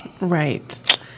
right